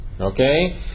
okay